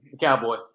Cowboy